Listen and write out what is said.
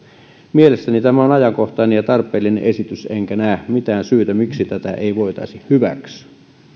mielestäni tämä on ajankohtainen ja tarpeellinen esitys enkä näe mitään syytä miksi tätä ei voitaisi hyväksyä